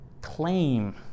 claim